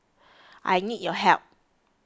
I need your help